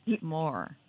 more